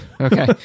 okay